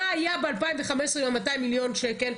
מה היה ב- 2015 עם 200 מיליון השקלים?